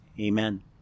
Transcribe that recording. Amen